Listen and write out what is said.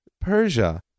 Persia